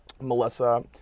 Melissa